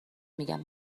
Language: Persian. میگم